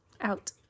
Out